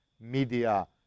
media